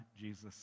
Jesus